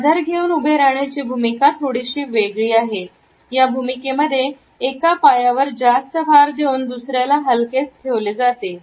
आधार घेऊन उभी राहण्याची भूमिका थोडीशी वेगळी आहे या भूमिकेमध्ये एका पायावर जास्त भार देऊन दुसऱ्याला हलकेच ठेवले जाते